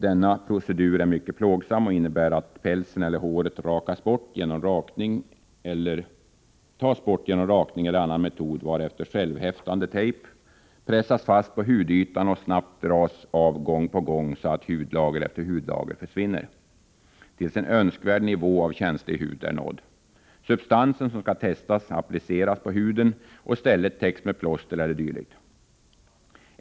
Denna procedur är mycket plågsam och innebär att pälsen eller håret tas bort genom rakning eller annan metod, varefter självhäftande tejp pressas fast på hudytan och snabbt dras av gång på gång så att hudlager efter hudlager försvinner, tills en önskvärd nivå av känslig hud är nådd. Substansen som skall testas appliceras på huden, och stället täcks med plåster e. d.